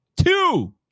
Two